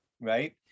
Right